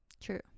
True